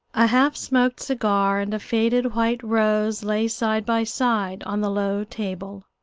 a half-smoked cigar and a faded white rose lay side by side on the low table.